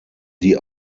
die